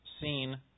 seen